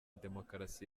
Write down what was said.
demokarasi